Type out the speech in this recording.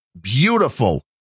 beautiful